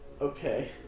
Okay